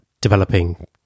developing